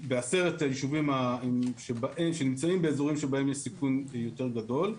בעשרת הישובים שנמצאים באזורים שבהם יש סיכון יותר גדול.